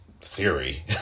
theory